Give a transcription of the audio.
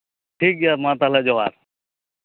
ᱴᱷᱤᱠ ᱜᱮᱭᱟ ᱢᱟ ᱛᱟᱦᱚᱞᱮ ᱡᱚᱦᱟᱨ